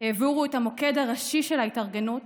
העבירו את המוקד הראשי של ההתארגנות